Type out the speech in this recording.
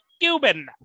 Cuban